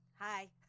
Hi